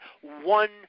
one